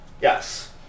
Yes